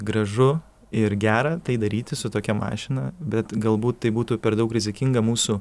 gražu ir gera tai daryti su tokia mašina bet galbūt tai būtų per daug rizikinga mūsų